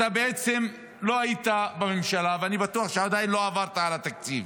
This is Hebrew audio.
אתה בעצם לא היית בממשלה ואני בטוח שעדיין לא עברת על התקציב,